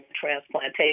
transplantation